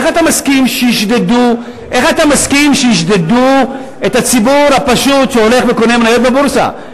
איך אתה מסכים שישדדו את הציבור הפשוט שהולך וקונה מניות בבורסה?